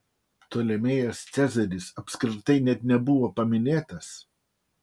ptolemėjas cezaris apskritai net nebuvo paminėtas